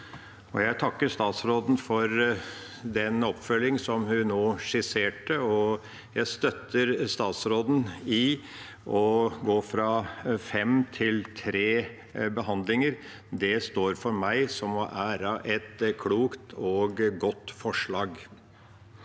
Jeg takker statsråden for den oppfølging hun nå skisserte, og jeg støtter statsråden i å gå fra fem til tre behandlinger. Det står for meg som et klokt og godt forslag.